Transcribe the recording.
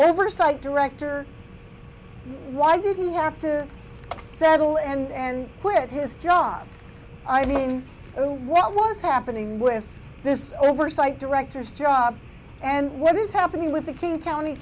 oversight director why did he have to settle and quit his job i mean what was happening with this oversight director's job and what is happening with the king county